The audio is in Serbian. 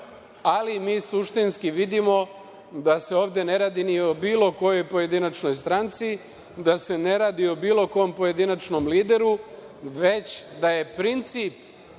ali mi suštinski vidimo da se ovde ne radi ni o bilo kojoj pojedinačnoj stranci, da se ne radi o bilo kom pojedinačnom lideru, već da je princip